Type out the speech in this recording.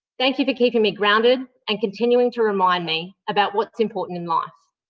thank you for keeping me grounded and continuing to remind me about what's important in life.